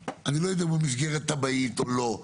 אני לא יודע אם מול מסגרת תב"עית או לא,